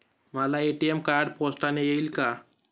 मला ATM card पोस्टाने येईल का?